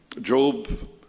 Job